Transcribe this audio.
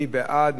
מי בעד?